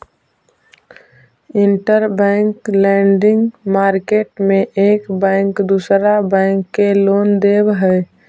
interbank lending market में एक bank दूसरा बैंक के लोन देवऽ हई